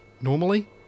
Normally